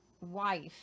wife